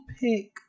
pick